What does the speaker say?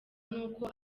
n’uko